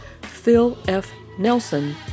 philfnelson